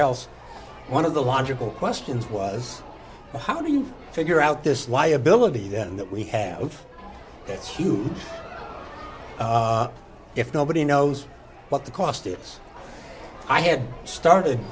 else one of the logical questions was how do you figure out this liability then that we have this huge if nobody knows what the cost is i had started